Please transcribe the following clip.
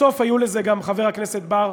בסוף היו לזה גם, חבר הכנסת בר,